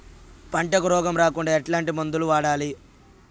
పంటకు రోగం రాకుండా ఎట్లాంటి మందులు వాడాలి?